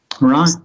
right